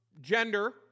gender